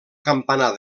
campanar